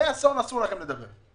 מהאסון אסור לכם לדבר.